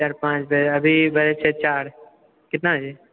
चारि पाँच बजे अभी बजै छै चारि कितना बजे